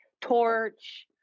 torch